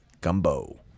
gumbo